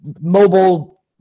mobile